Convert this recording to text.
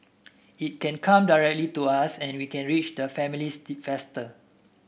it can come directly to us and we can reach the families faster